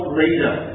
leader